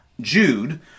Jude